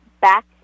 back